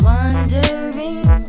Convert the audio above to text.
Wondering